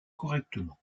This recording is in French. correctement